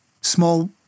small